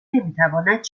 نمیتواند